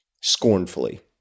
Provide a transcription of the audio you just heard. scornfully